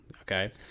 Okay